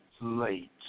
late